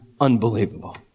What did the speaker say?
unbelievable